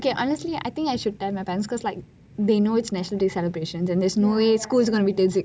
okayhonestly I think I should tell my parents because like they know it is national day celebrations and there is no way school is going to be till six